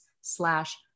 slash